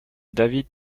david